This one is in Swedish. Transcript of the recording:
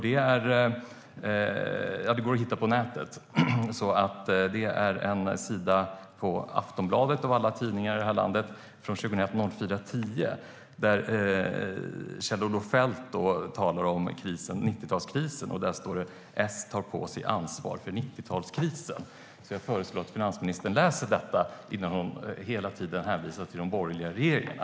Det går att hitta på nätet. Det är en sida på Aftonbladet, av alla tidningar här i landet, från den 10 april 2001. Där talar Kjell-Olof Feldt om 90-talskrisen, och där står det: "S tar på sig ansvar för 90-talskrisen." Jag föreslår att finansministern läser detta innan hon hela tiden hänvisar till de borgerliga regeringarna.